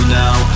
now